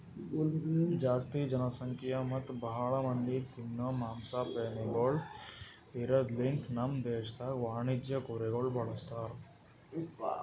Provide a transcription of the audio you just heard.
ಜಾಸ್ತಿ ಜನಸಂಖ್ಯಾ ಮತ್ತ್ ಭಾಳ ಮಂದಿ ತಿನೋ ಮಾಂಸ ಪ್ರೇಮಿಗೊಳ್ ಇರದ್ ಲಿಂತ ನಮ್ ದೇಶದಾಗ್ ವಾಣಿಜ್ಯ ಕುರಿಗೊಳ್ ಬಳಸ್ತಾರ್